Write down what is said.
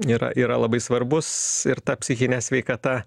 yra yra labai svarbus ir ta psichinė sveikata